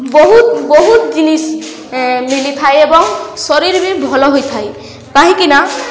ବହୁତ ବହୁତ ଜିନିଷ୍ ମିଳିଥାଏ ଏବଂ ଶରୀର ବି ଭଲ ହୋଇଥାଏ କାହିଁକିନା